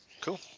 cool